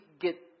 get